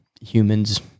humans